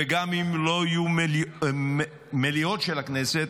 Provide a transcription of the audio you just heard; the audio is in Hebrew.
וגם אם לא יהיו מליאות של הכנסת,